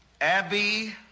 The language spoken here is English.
Abby